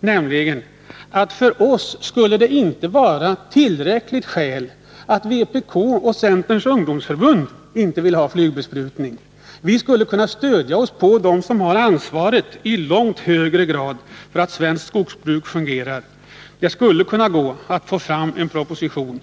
nämligen att det för oss inte är ett tillräckligt skäl att vpk och Centerns ungdomsförbund inte vill ha flygbesprutning? Vi skulle kunna stödja oss på dem som har ansvaret i långt högre grad för att svenskt skogsbruk fungerar. Det skulle kunna gå att få fram en proposition.